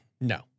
No